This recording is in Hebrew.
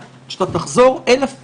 גם אם תחזור על זה אלף פעם,